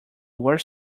were